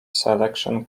selection